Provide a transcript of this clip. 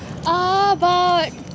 uh about